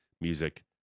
Music